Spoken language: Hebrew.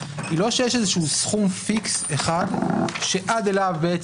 הוא לא שיש סכום פיקס אחד שעד אליו אנחנו